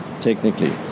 technically